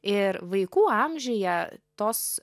ir vaikų amžiuje tos